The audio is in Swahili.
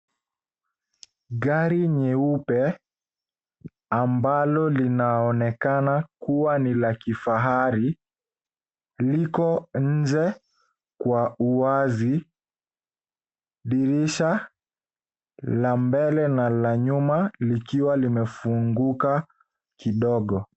Gari nyeupe ambalo linaonekana kuwa ni la kifahari liko nje kwa uwazi dirisha la mbele na la nyuma likiwa limefunguka kidogo.